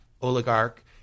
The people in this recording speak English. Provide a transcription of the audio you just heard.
oligarch